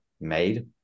made